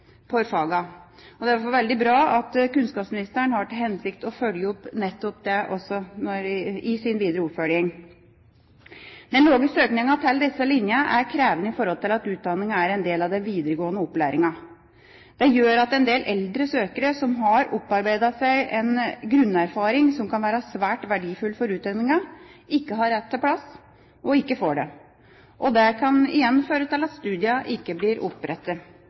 Det er derfor veldig bra at kunnskapsministeren har til hensikt å følge opp nettopp det også i det videre arbeidet. Den lave søkningen til disse linjene er krevende i forhold til at utdanningen er en del av den videregående opplæringen. Det gjør at en del eldre søkere som har opparbeidet seg en grunnerfaring som kan være svært verdifull for utdanningen, ikke har rett til plass, og ikke får det. Det kan igjen føre til at studiet ikke blir opprettet.